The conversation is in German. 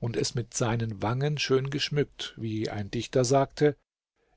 und es mit seinen wangen schön geschmückt wie ein dichter sagte